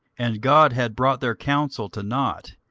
and god had brought their counsel to nought,